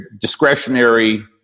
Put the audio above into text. discretionary